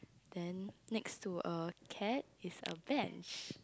then next to a cat is a bench